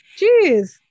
Jeez